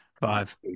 Five